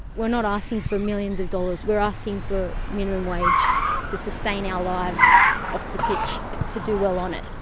we're not asking for millions of dollars, we're asking for minimum wage to sustain our lives off the pitch to do well on it.